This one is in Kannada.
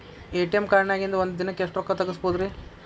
ಎ.ಟಿ.ಎಂ ಕಾರ್ಡ್ನ್ಯಾಗಿನ್ದ್ ಒಂದ್ ದಿನಕ್ಕ್ ಎಷ್ಟ ರೊಕ್ಕಾ ತೆಗಸ್ಬೋದ್ರಿ?